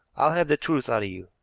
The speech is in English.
i'll have the truth out of you.